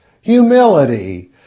humility